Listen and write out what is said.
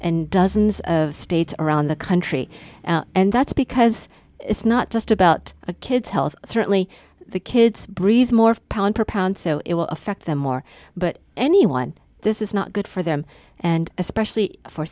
and dozens of states around the country and that's because it's not just about a kid's health certainly the kids breathes more pound per pound so it will affect them more but anyone this is not good for them and especially for